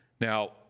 Now